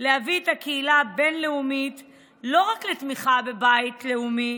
להביא את הקהילה הבין-לאומית לא רק לתמיכה בבית לאומי,